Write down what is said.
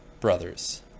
brothers